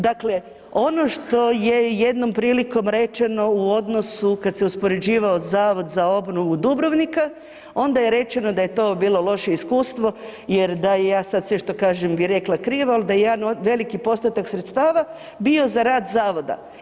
Dakle, ono što je jednom prilikom rečeno u odnosu kad se uspoređivao Zavod za obnovu Dubrovnika onda je rečeno da je to bilo loše iskustvo jer da ja sve što kažem bi rekla krivo, ali da jedan veliki postotak sredstava bio za rad zavoda.